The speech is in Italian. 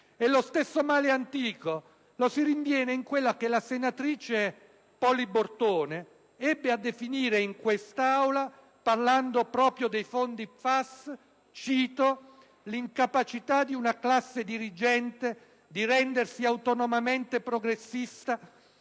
Lo stesso male antico lo si rinviene in quella che la senatrice Poli Bortone ebbe a definire in quest'Aula, parlando proprio dei fondi FAS, cito: «l'incapacità di una classe dirigente di rendersi autonomamente protagonista